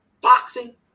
boxing